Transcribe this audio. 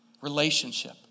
Relationship